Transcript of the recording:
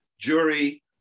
jury